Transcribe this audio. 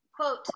quote